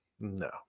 no